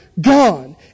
gone